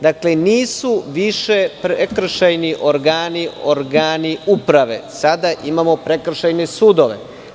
Dakle, nisu više prekršajni organi organi uprave, sada imamo prekršajne sudove.